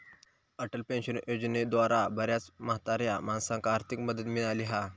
Atal pension योजनेद्वारा बऱ्याच म्हाताऱ्या माणसांका आर्थिक मदत मिळाली हा